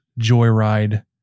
joyride